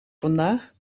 vandaag